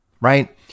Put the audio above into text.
right